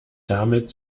damit